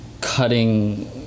cutting